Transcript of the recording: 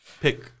Pick